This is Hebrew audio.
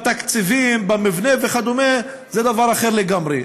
בתקציבים, במבנה וכדומה זה דבר אחר לגמרי.